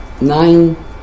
nine